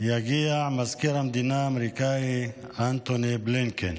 יגיע מזכיר המדינה האמריקאי אנתוני בלינקן.